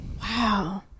Wow